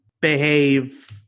behave